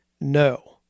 No